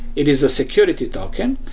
it is a security token.